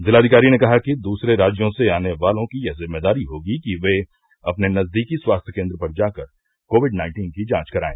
जिलाधिकारी ने कहा कि दूसरे राज्यों से आने वालों की यह जिम्मेदारी होगी कि वे अपने नजदीकी स्वास्थ्य केंद्र पर जाकर कोविड नाइन्टीन की जांच कराए